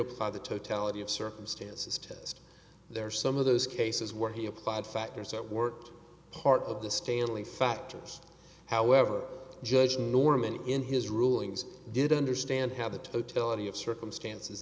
apply the totality of circumstances test there some of those cases where he applied factors that were part of the staley factors however judge norman in his rulings did understand how the totality of circumstances